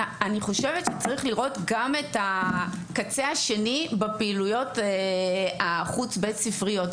אני חושבת שצריך לראות גם את הקצה השני בפעילויות החוץ בית ספריות,